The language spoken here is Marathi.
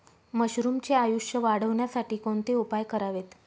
मशरुमचे आयुष्य वाढवण्यासाठी कोणते उपाय करावेत?